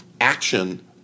action